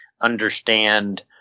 understand